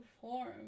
perform